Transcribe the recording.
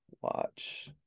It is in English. watch